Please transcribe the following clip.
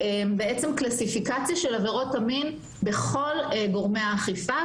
קלסיפיקציה של עבירות המין בכל גורמי האכיפה.